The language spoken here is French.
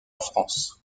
france